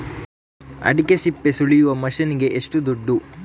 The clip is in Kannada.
ಅಡಿಕೆ ಸಿಪ್ಪೆ ಸುಲಿಯುವ ಮಷೀನ್ ಗೆ ಏಷ್ಟು ದುಡ್ಡು?